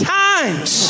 times